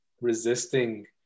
resisting